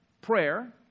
Prayer